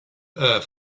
earth